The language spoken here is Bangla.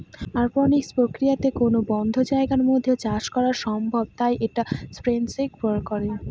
অরপনিক্স প্রক্রিয়াতে কোনো বদ্ধ জায়গার মধ্যে চাষ করা সম্ভব তাই এটা স্পেস এ করে